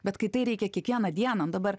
bet kai tai reikia kiekvieną dieną nu dabar